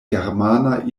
germana